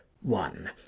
one